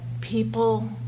people